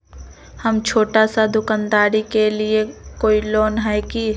हम छोटा सा दुकानदारी के लिए कोई लोन है कि?